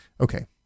okay